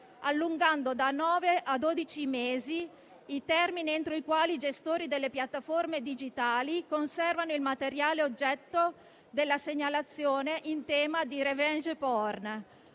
allungando da nove a dodici mesi i termini entro i quali i gestori delle piattaforme digitali conservano il materiale oggetto della segnalazione in tema di *revenge porn*